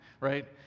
right